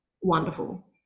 wonderful